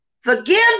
forgive